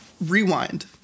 Rewind